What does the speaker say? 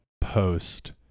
post